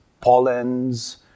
pollens